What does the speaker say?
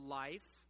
life